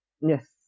Yes